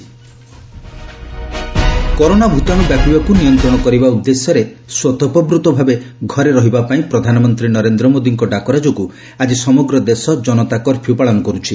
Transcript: ଜନତା curfew corona ଭୂତାଣୁ ବ୍ୟାପିବାକୁ ନିୟନ୍ତ୍ରଣ କରିବା ଉଦ୍ଦେଶ୍ୟରେ ସ୍ୱତଃପ୍ରବୂତ୍ତଭାବେ ଘରେ ରହିବା ପାଇଁ ପ୍ରଧାନମନ୍ତ୍ରୀ ନରେନ୍ଦ୍ର ମୋଦିଙ୍କ ଡାକରା ଯୋଗୁଁ ଆଜି ସମଗ୍ର ଦେଶ ଜନତା କର୍ଫ୍ୟୁ ପାଳନ କରୁଛି